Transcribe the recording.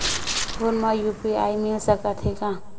Phone मा UPI मिल सकत हे का?